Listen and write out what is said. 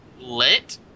lit